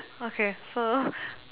okay so